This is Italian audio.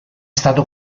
stato